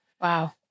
Wow